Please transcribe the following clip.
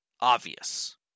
obvious